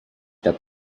n’as